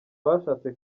bashatse